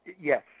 Yes